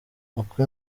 uko